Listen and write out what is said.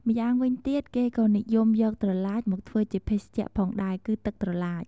ម្យ៉ាងវិញទៀត គេក៏និយមយកត្រឡាចមកធ្វើជាភេសជ្ជៈផងដែរ គឺទឹកត្រឡាច។